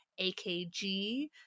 AKG